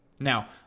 Now